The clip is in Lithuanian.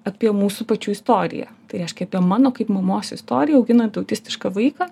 apie mūsų pačių istoriją tai reiškia apie mano kaip mamos istoriją auginant autistišką vaiką